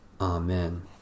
Amen